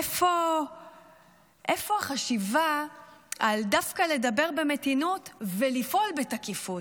איפה החשיבה על דווקא לדבר במתינות ולפעול בתקיפות?